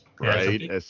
right